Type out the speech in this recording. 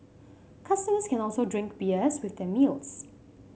customers can also drink beers with the meals